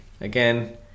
again